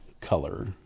color